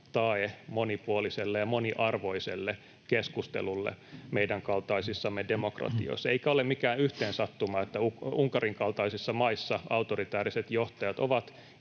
tae monipuoliselle ja moniarvoiselle keskustelulle meidän kaltaisissamme demokratioissa. Eikä ole mikään yhteensattuma, että Unkarin kaltaisissa maissa autoritääriset johtajat ovat